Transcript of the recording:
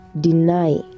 deny